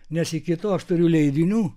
nes iki to aš turiu leidinių